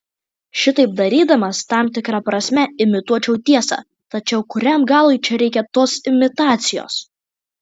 šitaip darydamas tam tikra prasme imituočiau tiesą tačiau kuriam galui čia reikia tos imitacijos